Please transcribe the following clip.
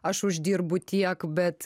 aš uždirbu tiek bet